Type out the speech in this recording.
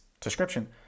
description